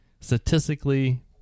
statistically